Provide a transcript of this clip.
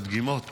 הדגימות